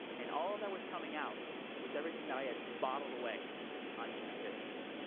and all of that was coming out was everything that i had bottled away on june fifteenth.